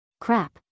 Crap